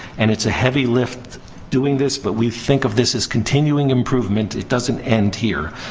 and it's a heavy lift doing this, but we think of this as continuing improvement. it doesn't end here.